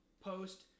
Post